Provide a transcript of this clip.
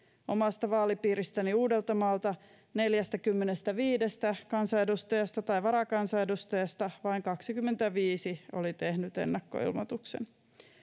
omasta vaalipiiristäni uudeltamaalta neljästäkymmenestäviidestä kansanedustajasta tai varakansanedustajasta vain kaksikymmentäviisi oli tehnyt ennakkoilmoituksen